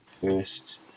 First